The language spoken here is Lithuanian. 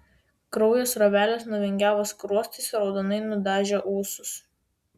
kraujo srovelės nuvingiavo skruostais raudonai nudažė ūsus